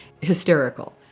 hysterical